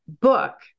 book